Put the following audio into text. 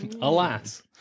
Alas